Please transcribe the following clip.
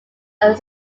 are